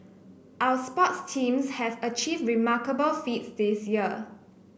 our sports teams have achieved remarkable feats this year